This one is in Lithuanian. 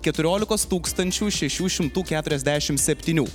keturiolikos tūkstančių šešių šimtų keturiasdešimt septynių